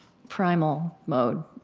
primal mode,